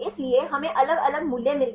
इसलिए हमें अलग अलग मूल्य मिलते हैं